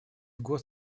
год